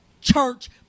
church